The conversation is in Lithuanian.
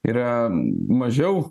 yra mažiau